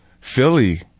Philly